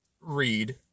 read